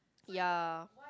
ya